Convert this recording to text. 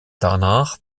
danach